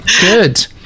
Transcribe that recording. good